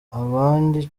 abandi